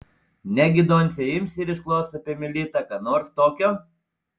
negi doncė ims ir išklos apie melitą ką nors tokio